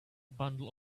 bundle